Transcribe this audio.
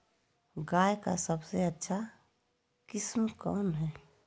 गाय का सबसे अच्छा किस्म कौन हैं?